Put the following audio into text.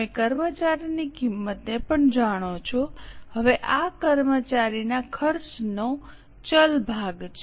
તમે કર્મચારીની કિંમતને પણ જાણો છો હવે આ કર્મચારીના ખર્ચનો ચલ ભાગ છે